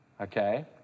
okay